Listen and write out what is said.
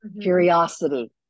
curiosity